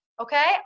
okay